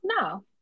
no